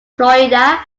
florida